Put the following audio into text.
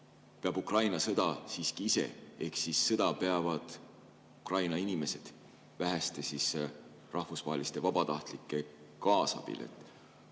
peab Ukraina sõda siiski ise. Ehk sõda peavad Ukraina inimesed väheste rahvusvaheliste vabatahtlike kaasabil.